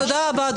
תודה רבה,